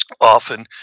often